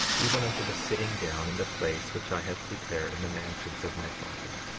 even unto the sitting down in the place which i have prepared in the mansions of my father.